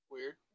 Weird